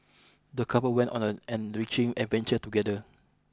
the couple went on a an enriching adventure together